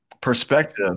perspective